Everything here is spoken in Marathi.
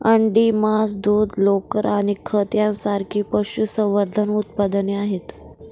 अंडी, मांस, दूध, लोकर आणि खत यांसारखी पशुसंवर्धन उत्पादने आहेत